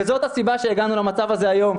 וזאת הסיבה שהגענו למצב הזה היום.